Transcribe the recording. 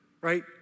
right